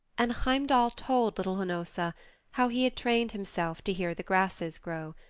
and heimdall told little hnossa how he had trained himself to hear the grasses grow,